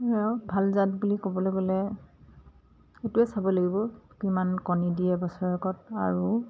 ভাল জাত বুলি ক'বলৈ গ'লে সেইটোৱে চাব লাগিব কিমান কণী দিয়ে বছৰেকত আৰু